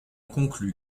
conclus